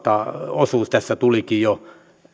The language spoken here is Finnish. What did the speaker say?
osuus tässä tulikin jo